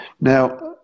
Now